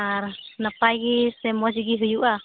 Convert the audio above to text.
ᱟᱨ ᱱᱟᱯᱟᱭ ᱜᱮ ᱥᱮ ᱢᱚᱡᱽ ᱜᱮ ᱦᱩᱭᱩᱜᱼᱟ